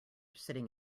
sitting